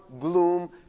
gloom